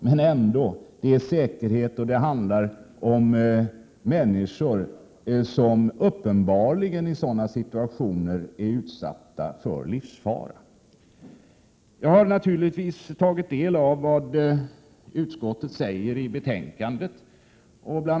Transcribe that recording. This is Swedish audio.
Men det gäller ändå säkerhet, och det handlar om människor som i sådana situationer uppenbarligen är utsatta för livsfara. Jag har naturligtvis tagit del av vad utskottet säger i betänkandet. Bl.